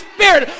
Spirit